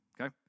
Okay